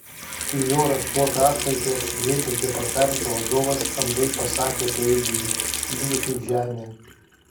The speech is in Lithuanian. į jo raštuotą atkaltę atsidrėbęs departamento vadovas andai pasakė apie eigulį tyli kaip žemė